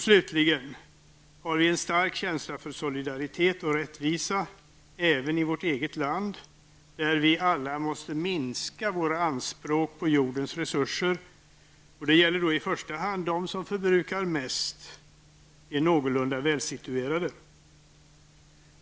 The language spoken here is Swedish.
Slutligen har vi en stark känsla för solidaritet och rättvisa även i vårt eget land, där vi alla måste minska våra anspråk på jordens resurser. Det gäller då i första hand dem som förbrukar mest: de någorlunda välsituerade.